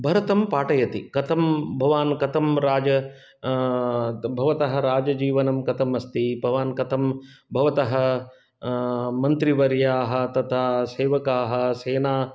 भरतं पाठयति कथं भवान् कथं राज भवतः राजाजीवनं कथमस्ति भवान् कथं भवतः मन्त्रिवर्याः तथा सेवकाः सेनाः